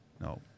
No